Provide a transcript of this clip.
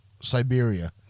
Siberia